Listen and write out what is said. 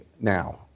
now